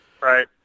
right